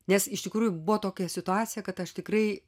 nes iš tikrųjų buvo tokia situacija kad aš tikrai